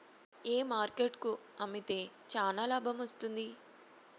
ఏ market కు అమ్మితే చానా లాభం వస్తుంది?